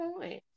point